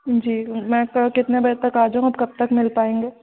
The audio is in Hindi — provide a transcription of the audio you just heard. जी मैं कल कितने बजे तक आ जाऊँ आप कब तक मिल पाऍंगे